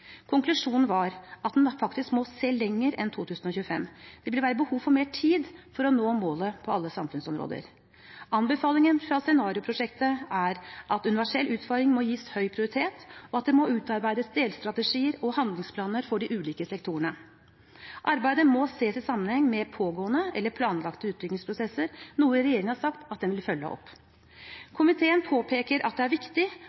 Konklusjonen var at en må se lenger enn til 2025, at det vil være behov for mer tid for å nå målene på alle samfunnsområder. Anbefalingen fra scenarioprosjektet er at universell utforming må gis høy prioritet, og at det må utarbeides delstrategier og handlingsplaner for de ulike sektorene. Arbeidet må ses i sammenheng med pågående eller planlagte utviklingsprosesser, noe regjeringen har sagt at den vil følge opp. Komiteen påpeker at det er viktig